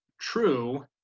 true